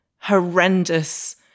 horrendous